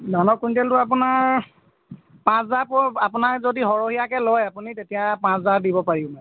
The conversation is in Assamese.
ধানৰ কুইণ্টেলটো আপোনাৰ পাঁচ হাজাৰ আপোনাৰ যদি সৰহীয়াকৈ লয় আপুনি তেতিয়া পাঁচ হাজাৰ দিব পাৰিব